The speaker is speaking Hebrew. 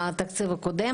בתקציב הקודם.